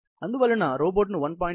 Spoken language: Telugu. అందువలన రోబోట్ ను 1